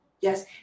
Yes